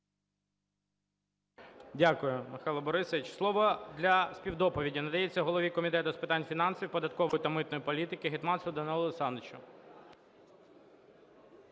Дякую, Михайло Борисович. Слово для співдоповіді надається голові Комітету з питань фінансів, податкової та митної політики Гетманцеву Данилу Олександровичу.